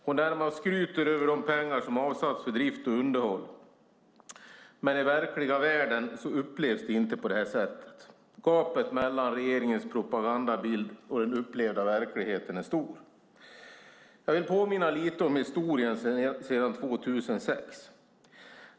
Hon närmast skryter över de pengar som avsatts för drift och underhåll, men i verkliga världen upplevs det inte på det här sättet. Gapet mellan regeringens propagandabild och den upplevda verkligheten är stor. Jag vill påminna lite om historien sedan 2006.